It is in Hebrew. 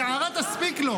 הגערה תספיק לו.